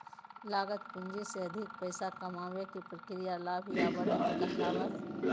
लागत पूंजी से अधिक पैसा कमाबे के प्रक्रिया लाभ या बढ़त कहलावय हय